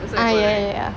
ah ya ya ya ya